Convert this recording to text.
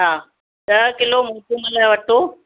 हा ॾह किलो मोटूमल जो अटो